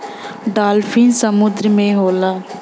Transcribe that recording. dolphin समुंदर में होला